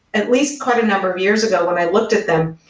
at least quite a number of years ago when i looked at them.